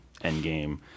Endgame